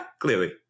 Clearly